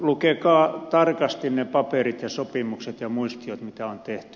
lukekaa tarkasti ne paperit ja sopimukset ja muistiot mitä on tehty